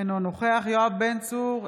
אינו נוכח יואב בן צור,